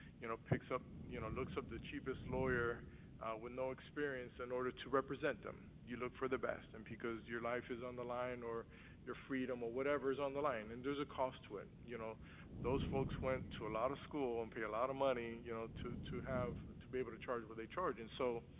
you know, picks up you know, looks up the cheapest lawyer with no experience in order to represent them. you look for the best, and because your life is on the line or your freedom or whatever is on the line, and there's a cost to it. you know those folks went to a lot of school and paid a lot of money you know to to be able to charge what they charge, and so,